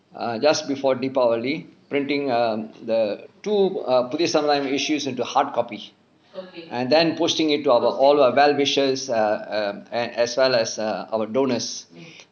err just before deepavali printing um the two err Puthiya Samuthaayam samuthaayam issues into hardcopy and then posting it to our all our well wishers err err and as well as err our donors